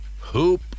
Hoop